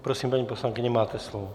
Prosím, paní poslankyně, máte slovo.